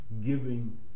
giving